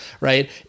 right